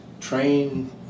train